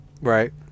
Right